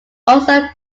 also